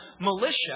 militia